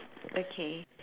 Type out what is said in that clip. okay